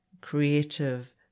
creative